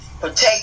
protect